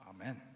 Amen